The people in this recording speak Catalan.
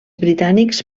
britànics